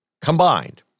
Combined